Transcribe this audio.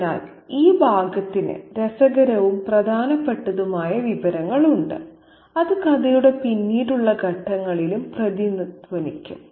അതിനാൽ ഈ ഭാഗത്തിന് രസകരവും പ്രധാനപ്പെട്ടതുമായ വിവരങ്ങൾ ഉണ്ട് അത് കഥയുടെ പിന്നീടുള്ള ഘട്ടങ്ങളിലും പ്രതിധ്വനിക്കും